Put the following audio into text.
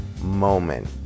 moment